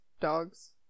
dogs